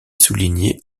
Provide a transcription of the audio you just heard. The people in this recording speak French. soulignée